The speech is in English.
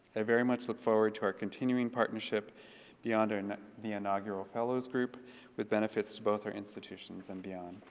i very much look forward to our continuing partnership beyond and the inaugural fellows group with benefits to both their institutions and beyond.